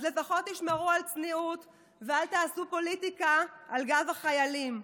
אז לפחות תשמרו על צניעות ואל תעשו פוליטיקה על גב החיילים.